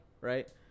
right